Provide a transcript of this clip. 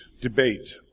debate